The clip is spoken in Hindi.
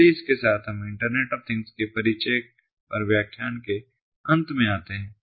इसलिए इसके साथ हम इंटरनेट ऑफ थिंग्स के परिचय पर व्याख्यान के अंत में आते हैं